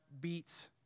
beats